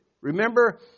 Remember